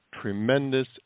tremendous